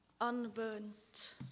unburnt